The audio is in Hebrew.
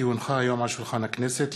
כי הונחה היום על שולחן הכנסת,